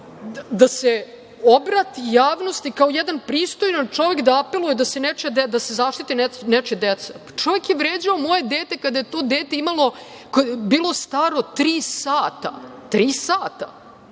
da se obrati javnosti, kao jedan pristojan čovek, da apeluje da se zaštite nečija deca. Čovek je vređao moje dete kada je to dete bilo staro tri sata, tri sata.